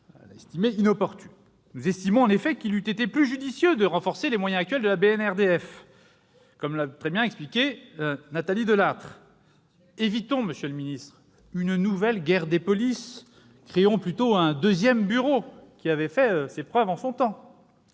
largement inopportune. Nous estimons en effet qu'il eût été plus judicieux de renforcer les moyens de l'actuelle BNRDF, ... Oui !... comme l'a très bien expliqué Nathalie Delattre. Exactement ! Évitons, monsieur le ministre, une nouvelle guerre des polices, créons plutôt un deuxième bureau, car il a fait ses preuves en son temps.